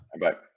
Bye-bye